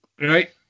Right